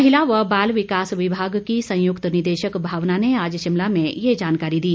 महिला व बाल विकास विभाग की संयुक्त निदेशक भावना ने आज शिमला में ये जानकारी दी